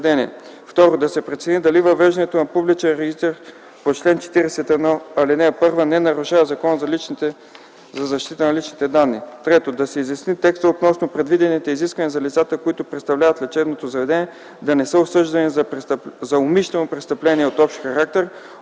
2. Да се прецени дали въвеждането на публичен регистър по чл. 41, ал. 1 не нарушава Закона за защита на личните данни. 3. Да се изясни текста, относно предвидените изисквания за лицата, които представляват лечебното заведение, да не са осъждани за умишлено престъпление от общ характер,